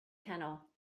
kennel